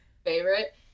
favorite